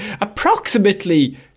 Approximately